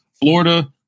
Florida